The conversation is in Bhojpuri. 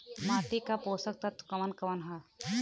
माटी क पोषक तत्व कवन कवन ह?